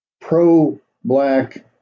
pro-Black